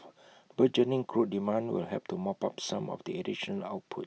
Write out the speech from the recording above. burgeoning crude demand will help to mop up some of the additional output